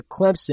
Clemson